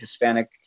Hispanic